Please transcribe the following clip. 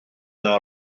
yna